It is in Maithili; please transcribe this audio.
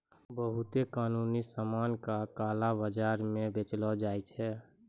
बहुते गैरकानूनी सामान का काला बाजार म बेचलो जाय छै